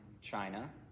china